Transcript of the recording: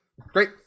Great